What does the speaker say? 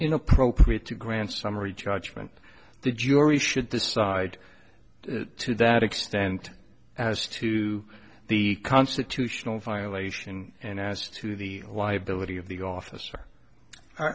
inappropriate to grant summary judgment the jury should decide to that extent as to the constitutional violation and as to the liability of the officer